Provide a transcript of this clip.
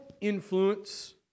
influence